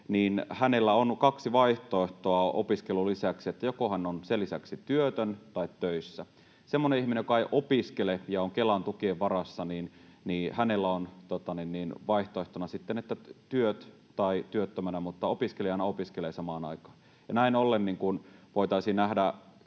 opiskelemassa, on kaksi vaihtoehtoa opiskelun lisäksi: joko hän on sen lisäksi työtön tai töissä. Semmoisella ihmisellä, joka ei opiskele ja on Kelan tukien varassa, on vaihtoehtona sitten, että töissä tai työttömänä, mutta opiskelijana opiskelee samaan aikaan. Näin ollen voitaisiin nähdä